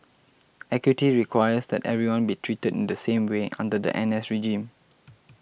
equity requires that everyone be treated in the same way under the N S regime